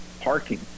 parking